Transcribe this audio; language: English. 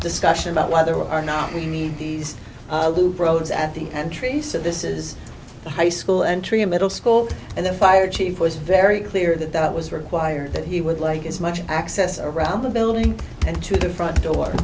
discussion about whether or not we need these roads at the entry so this is the high school entry in middle school and the fire chief was very clear that that was required that he would like as much access around the building and to the front door